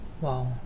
Wow